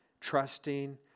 trusting